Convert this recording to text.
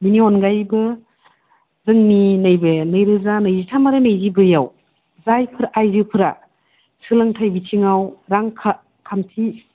बेनि अनगायैबो जोंनि नैबे नैरोजा नैजिथाम आरो नैजिब्रैयाव जायफोर आइजोफोरा सोलोंथाइ बिथिङाव रांखान्थि